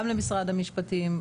גם למשרד המשפטים,